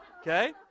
Okay